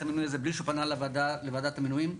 המינוי הזה בלי שהוא פנה לוועדת המינויים,